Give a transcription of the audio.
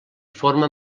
forma